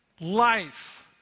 life